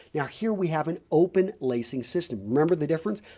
now, here we have an open lacing system. remember the difference?